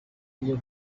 iyo